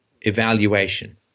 evaluation